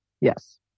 Yes